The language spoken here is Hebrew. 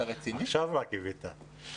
רק עכשיו הבאת את זה.